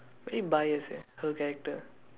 a bit bias eh her character